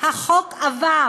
החוק עבר